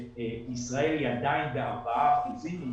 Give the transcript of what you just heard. ישראל עדיין בארבעה אחוזים.